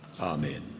Amen